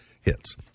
hits